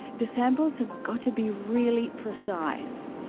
the samples have got to be really precise.